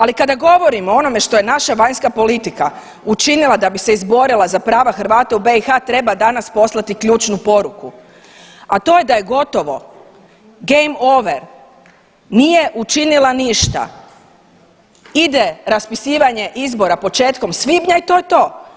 Ali kada govorimo o onome što je naša vanjska politika učinila da bi se izborila za prava Hrvata u BiH treba danas poslati ključnu poruku, a to je da je gotovo game over nije učinila ništa, ide raspisivanje izbora početkom svibnja i to je to.